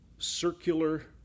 circular